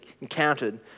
encountered